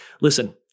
listen